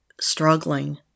struggling